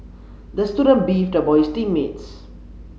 the student beefed about his team mates